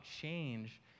change